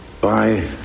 bye